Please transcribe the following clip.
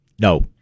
no